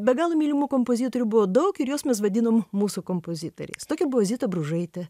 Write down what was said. be galo mylimų kompozitorių buvo daug ir juos mes vadinom mūsų kompozitoriais tokia buvo zita bružaitė